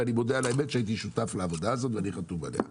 ואני מודה על האמת שהייתי שותף לעבודה הזאת ואני חתום עליה.